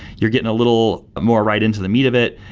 you're getting a little, more right into the meat of it.